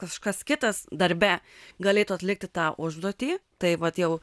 kažkas kitas darbe galėtų atlikti tą užduotį tai vat jau